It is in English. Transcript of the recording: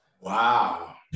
Wow